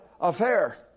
affair